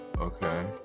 Okay